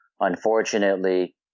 unfortunately